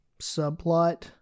subplot